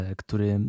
który